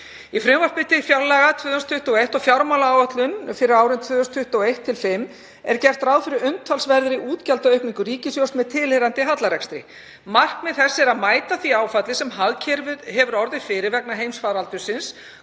Í frumvarpi til fjárlaga 2021 og fjármálaáætlun fyrir árin 2021–2025 er gert ráð fyrir umtalsverðri útgjaldaaukningu ríkissjóðs með tilheyrandi hallarekstri. Markmið þess er að mæta því áfalli sem hagkerfið hefur orðið fyrir vegna heimsfaraldurs